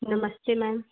नमस्ते मैम